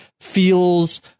feels